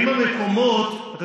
לא.